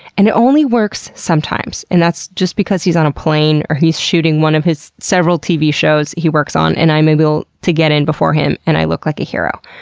and it only works sometimes, and that's just because he's on a plane, or he's shooting one of his several tv shows he works on, and i'm able to get in before him and i look like a hero.